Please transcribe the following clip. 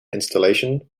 installation